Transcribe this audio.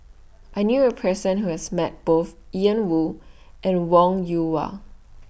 I knew A Person Who has Met Both Ian Woo and Wong Yoon Wah